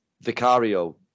Vicario